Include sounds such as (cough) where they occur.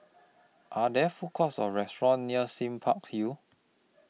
(noise) Are There Food Courts Or restaurants near Sime Park Hill